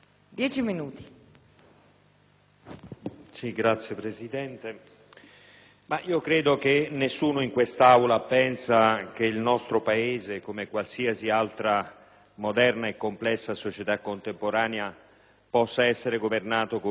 Signora Presidente, credo che nessuno in quest'Aula pensi che il nostro Paese, come qualsiasi altra moderna e complessa società contemporanea, possa essere governato come un sistema centralizzato.